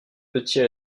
petit